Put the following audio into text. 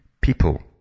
people